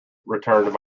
returned